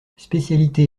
spécialité